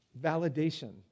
validation